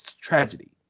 tragedy